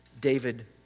David